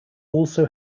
also